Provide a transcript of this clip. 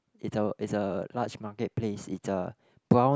it a it's a large market place it's a brown